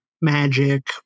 Magic